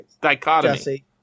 dichotomy